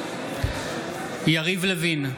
נגד יריב לוין,